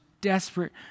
desperate